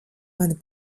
mani